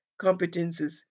competences